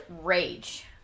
rage